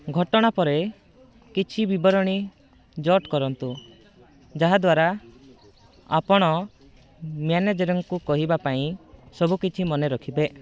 ଘଟଣା ପରେ କିଛି ବିବରଣୀ ଜୋଟ୍ କରନ୍ତୁ ଯାହା ଦ୍ୱାରା ଆପଣ ମ୍ୟାନେଜରଙ୍କୁ କହିବା ପାଇଁ ସବୁକିଛି ମନେ ରଖିବେ